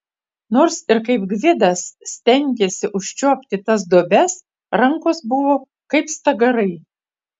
nors ir kaip gvidas stengėsi užčiuopti tas duobes rankos buvo kaip stagarai